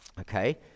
okay